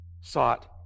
sought